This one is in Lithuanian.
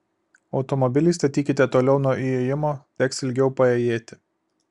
automobilį statykite toliau nuo įėjimo teks ilgiau paėjėti